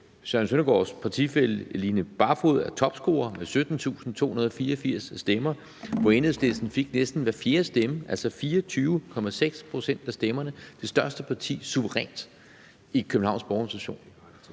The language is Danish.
Søren Søndergaards partifælle Line Barfod er topscorer med 17.284 stemmer, og hvor Enhedslisten fik næsten hver fjerde stemme, altså 24,6 pct. af stemmerne, og er suverænt det største parti i Københavns Borgerrepræsentation.